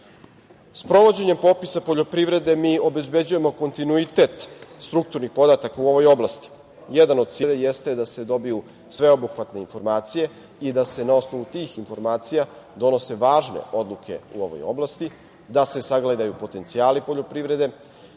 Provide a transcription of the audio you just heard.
podacima. Sprovođenjem popisa poljoprivrede mi obezbeđujemo kontinuitet strukturnih podataka u ovoj oblasti. Jedan od ciljeva popisa poljoprivrede jeste da se dobiju sveobuhvatne informacije i da se na osnovu tih informacija donose važne odluke u ovoj oblasti, da se sagledaju potencijali poljoprivrede